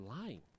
lying